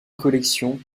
collection